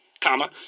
comma